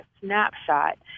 snapshot